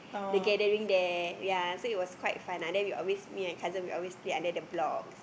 the gathering there ya I think it's quite fun and then we always me and cousin we always stay under the block